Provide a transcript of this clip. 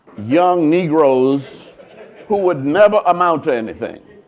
young negroes who would never amount to anything.